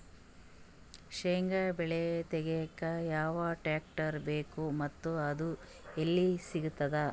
ಶೇಂಗಾ ಬೆಳೆ ತೆಗಿಲಿಕ್ ಯಾವ ಟ್ಟ್ರ್ಯಾಕ್ಟರ್ ಬೇಕು ಮತ್ತ ಅದು ಎಲ್ಲಿ ಸಿಗತದ?